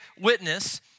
witness